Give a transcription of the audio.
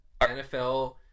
NFL